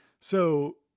So-